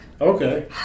Okay